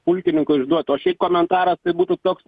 pulkininkui užduot o šiaip komentaras tai būtų toks